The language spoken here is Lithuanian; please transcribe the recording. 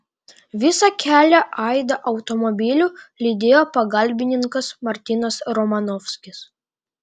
visą kelią aidą automobiliu lydėjo pagalbininkas martinas romanovskis